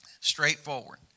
straightforward